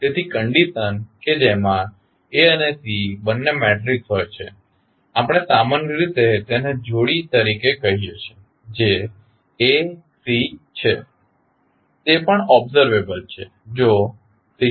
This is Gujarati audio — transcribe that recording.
તેથી કંડીશન કે જેમાં A અને C બંને મેટ્રિકસ હોય છે આપણે સામાન્ય રીતે તેને જોડી તરીકે કહીએ છીએ જે A C છે તે પણ ઓબ્ઝર્વેબલ છે